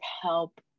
help